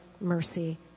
mercy